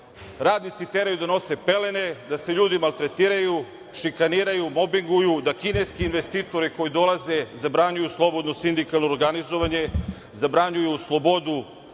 radnici teraju da nose pelene, da se ljudi maltretiraju, šikaniraju, mobinguju, da kineski investitori koji dolaze zabranjuju slobodno sindikalno organizovanje, zabranjuju slobodu